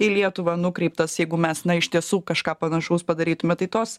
į lietuvą nukreiptas jeigu mes iš tiesų kažką panašaus padarytume tai tos